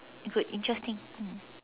good interesting mm